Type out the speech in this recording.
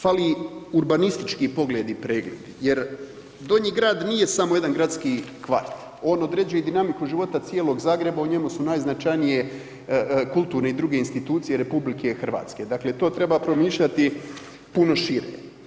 Fali urbanistički pogledi i pregledi jer Donji Grad nije samo jedan gradski kvart, on određuje dinamiku života cijelog Zagreba, u njemu su najznačajnije kulturne i druge institucije RH, dakle to treba promišljati puno šire.